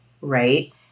right